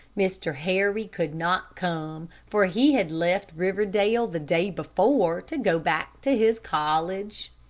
mr. harry could not come, for he had left riverdale the day before to go back to his college.